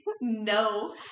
No